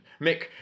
Mick